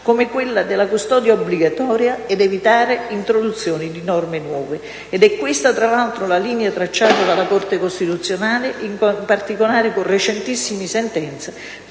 come quella della custodia obbligatoria ed evitare l'introduzione di norme nuove. Ed è questa, tra l'altro, la linea tracciata dalla Corte costituzionale, in particolare con una recentissima sentenza